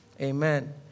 Amen